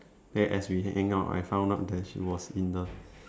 then as we hang out I found out that she was in the